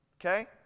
okay